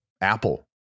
Apple